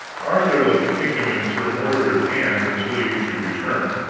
arthur left the kingdom in sir mordred's hands until you should return